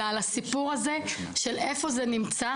אלא על הסיפור הזה של איפה זה נמצא,